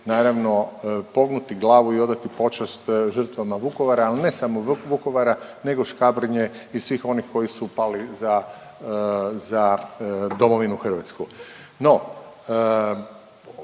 naravno pognuti glavu i odati počast žrtvama Vukovara, ali ne samo Vukovara nego Škabrnje i svih onih koji su pali za Domovinu Hrvatsku.